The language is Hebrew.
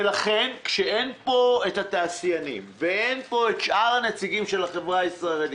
לכן כשאין פה את התעשיינים ואין פה את שאר הנציגים של החברה הישראלית,